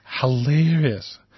Hilarious